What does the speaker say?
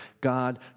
God